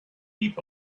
heap